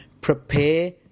Prepare